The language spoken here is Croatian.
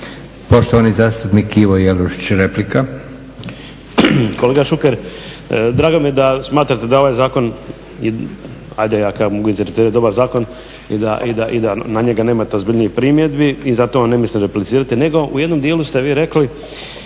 Poštovani zastupnik Ivo Jelušić, replika.